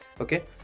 Okay